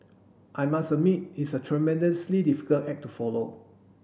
I must admit it's a tremendously difficult act to follow